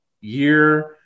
year